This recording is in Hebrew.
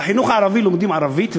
בחינוך הערבי לומדים ערבית,